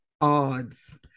odds